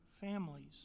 families